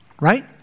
Right